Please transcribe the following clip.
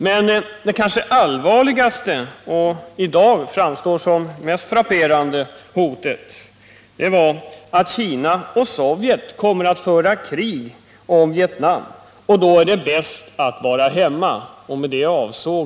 Men det kanske allvarligaste — och i dag framstående som det mest frapperande — hotet var att Kina och Sovjet kommer att föra krig om Vietnam och då är det bäst att vara ”hemma”.